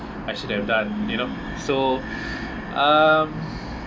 I shouldn't have done you know so um